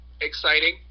exciting